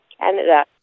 Canada